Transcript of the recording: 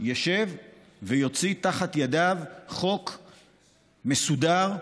ויוציא מתחת ידיו חוק מסודר,